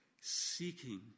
seeking